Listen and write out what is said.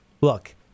look